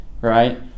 right